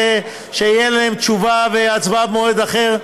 שיהיו עליהן תשובה והצבעה במועד אחר,